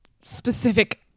specific